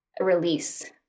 release